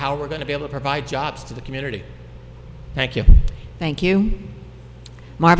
how we're going to be able provide jobs to the community thank you thank you m